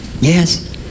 Yes